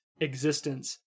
existence